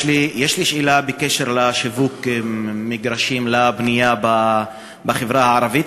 יש לי שאלה בעניין שיווק מגרשים לבנייה בחברה הערבית.